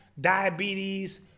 diabetes